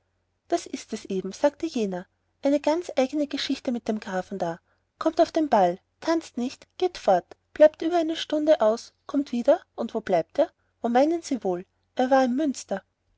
das ist es eben sagte jener eine ganz eigene geschichte mit dem grafen da kommt auf den ball tanzt nicht geht fort bleibt über eine stunde aus kommt wieder und wo blieb er wo meinen sie wohl er war im münster